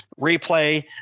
replay